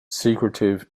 secretive